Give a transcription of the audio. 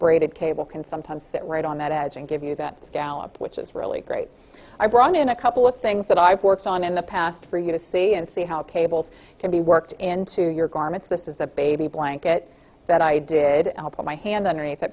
braided cable can sometimes sit right on that edge and give you that scallop which is really great i brought in a couple of things that i've worked on in the past for you to see and see how cables can be worked into your garments this is a baby blanket that i did put my hand underneath